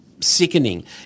sickening